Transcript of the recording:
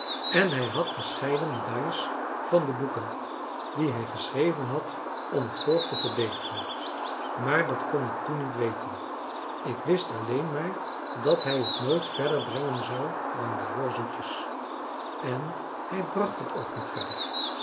en hij had verscheiden medailles van de boeken die hij geschreven had om het volk te verbeteren maar dat kon ik toen niet weten ik wist alleen maar dat hij het nooit verder brengen zou dan majoor zoetjes en hij bracht het ook niet verder